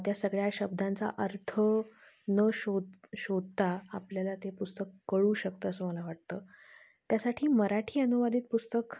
त्या सगळ्या शब्दांचा अर्थ न शोध शोधता आपल्याला ते पुस्तक कळू शकतं असं मला वाटतं त्यासाठी मराठी अनुवादित पुस्तक